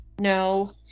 No